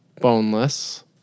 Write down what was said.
boneless